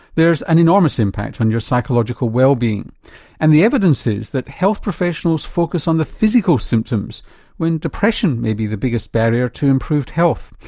there's an enormous impact on your psychological wellbeing and the evidence is that health professionals focus on the physical symptoms when depression may be the biggest barrier to improved health.